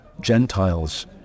Gentiles